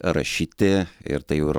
rašyti ir tai jau yra